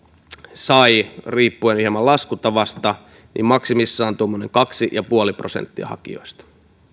sai riippuen hieman laskutavasta maksimissaan tuommoiset kaksi pilkku viisi prosenttia hakijoista